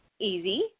easy